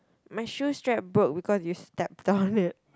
my shoe strap broke because you step on it